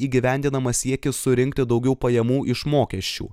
įgyvendinamas siekis surinkti daugiau pajamų iš mokesčių